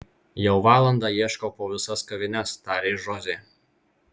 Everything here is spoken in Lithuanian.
jau valandą ieškau po visas kavines tarė žozė